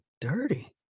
dirty